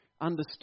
understood